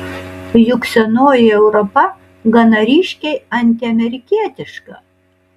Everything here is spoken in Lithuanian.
juk senoji europa gana ryškiai antiamerikietiška